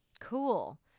Cool